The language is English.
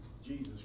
Jesus